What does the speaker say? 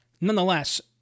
nonetheless—